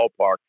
ballpark